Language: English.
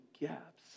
gaps